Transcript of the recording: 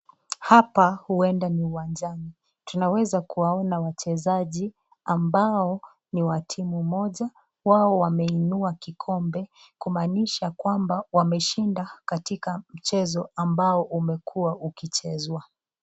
Hapa ueda ni uwanjani. Tunaweza kuwaona wachezaji ambao ni wa timu moja. Wao wameinua kikombe kumaanisha kwamba wameshinda katika mchezo ambao umekuwa ukichezwa.